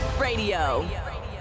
Radio